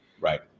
Right